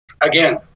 Again